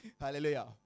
Hallelujah